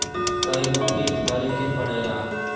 कय गो किस्त भरे के पड़ेला?